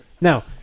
Now